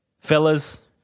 Fellas